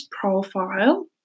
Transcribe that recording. profile